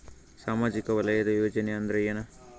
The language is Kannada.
ಸಾಮಾಜಿಕ ವಲಯದ ಯೋಜನೆ ಅಂದ್ರ ಏನ?